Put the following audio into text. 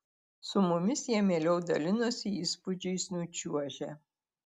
su mumis jie mieliau dalinosi įspūdžiais nučiuožę